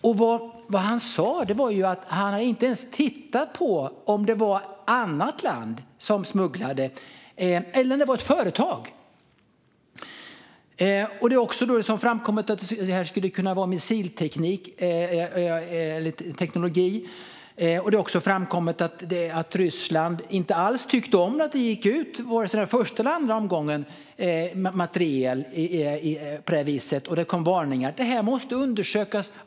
Vad Hirschfeldt sa var att han inte ens hade tittat på om det var ett annat land som smugglade eller om det var ett företag. Det har också framkommit att det här skulle kunna vara missilteknologi och att Ryssland inte alls tyckte om att vare sig den första eller andra omgången materiel gick ut på det här viset. Det kom varningar. Det här måste undersökas.